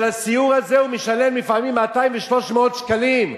בשביל הסיור הזה הוא משלם לפעמים 200 ו-300 שקלים,